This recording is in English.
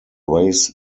raise